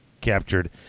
captured